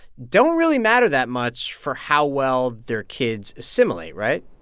don't really matter that much for how well their kids assimilate, right?